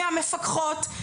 מהמפקחות.